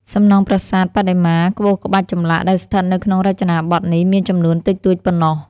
សំណង់ប្រាសាទ បដិមា ក្បូរក្បាច់ចម្លាក់ ដែលស្ថិតនៅក្នុងរចនាបថនេះ មានចំនួនតិចតួចប៉ុណ្ណោះ។